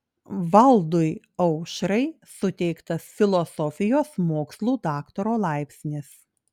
valdui aušrai suteiktas filosofijos mokslų daktaro laipsnis